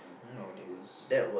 not only worse